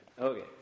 Okay